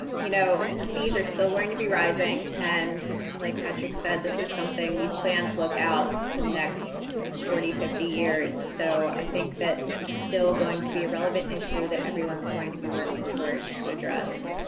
you know the seas are still going to be rising, and like patrick said, this is something, these plans look out the next forty, fifty years, so i think that this is still going to be a relevant issue that everyone is going to be working towards to address.